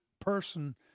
person